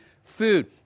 Food